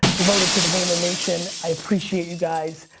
devoted to the vaynernation, i appreciate you guys.